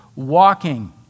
Walking